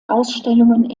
ausstellungen